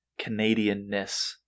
Canadianness